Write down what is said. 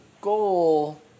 goal